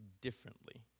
differently